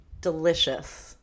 delicious